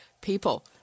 People